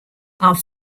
are